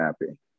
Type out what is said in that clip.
happy